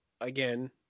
Again